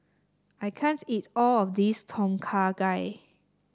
I can't eat all of this Tom Kha Gai